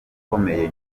ikomeye